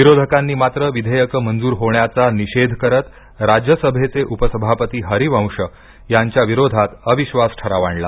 विरोधकांनी मात्र विधेयकं मंजूर होण्याचा निषेध करत राज्यसभेचे उपसभापती हरिवंश यांच्या विरोधात अविश्वास ठराव आणला